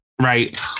right